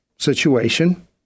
situation